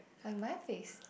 like my face